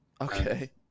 Okay